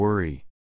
worry